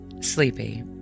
sleepy